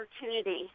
opportunity